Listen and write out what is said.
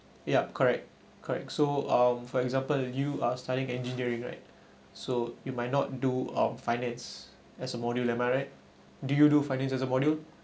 yup correct correct so um for example you are studying engineering right so you might not do um finance as a module am I right do you do finance as a module